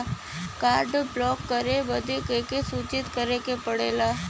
Card block करे बदी के के सूचित करें के पड़ेला?